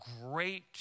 great